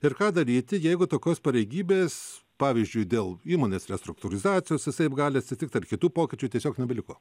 ir ką daryti jeigu tokios pareigybės pavyzdžiui dėl įmonės restruktūrizacijos visaip gali atsitikt ar kitų pokyčių tiesiog nebeliko